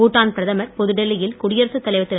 பூட்டான் பிரதமர் புதுடெல்லியில் குடியரசுத் தலைவர் திரு